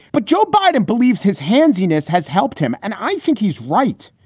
but joe biden believes his hands penis has helped him. and i think he's right.